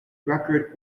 record